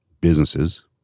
businesses